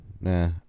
nah